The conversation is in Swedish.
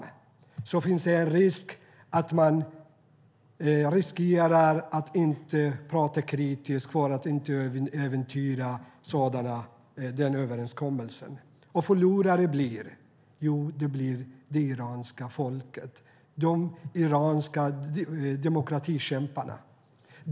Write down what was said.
Man riskerar att låta bli att tala kritiskt för att inte äventyra överenskommelsen. Förlorare blir det iranska folket - de iranska demokratikämparna.